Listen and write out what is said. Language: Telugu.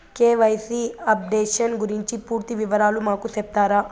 కె.వై.సి అప్డేషన్ గురించి పూర్తి వివరాలు మాకు సెప్తారా?